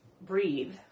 breathe